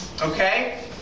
Okay